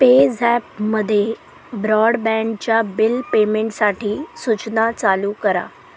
पेझॅपमध्ये ब्रॉडबँडच्या बिल पेमेंटसाठी सूचना चालू करा